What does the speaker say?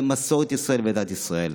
מסורת ישראל ודת ישראל.